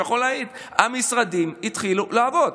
שיכול להעיד שהמשרדים התחילו לעבוד.